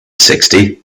sixty